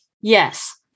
Yes